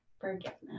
forgiveness